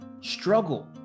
struggle